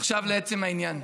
עכשיו לעצם העניין.